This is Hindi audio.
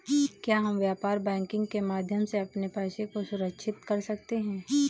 क्या हम व्यापार बैंकिंग के माध्यम से अपने पैसे को सुरक्षित कर सकते हैं?